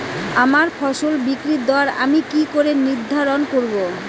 আমার ফসল বিক্রির দর আমি কি করে নির্ধারন করব?